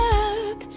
up